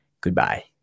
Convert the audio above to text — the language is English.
Goodbye